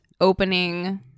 opening